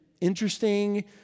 interesting